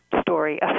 story